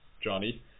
Johnny